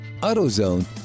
AutoZone